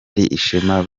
ishema